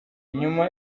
nyuma